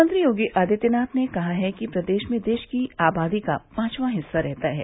मुख्यमंत्री योगी आदित्यनाथ ने कहा है कि प्रदेश में देश की आबादी का पाचवां हिस्सा रहता है